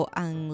ang